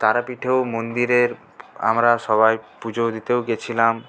তারাপীঠেও মন্দিরের আমরা সবাই পুজো দিতেও গিয়েছিলাম